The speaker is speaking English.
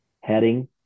heading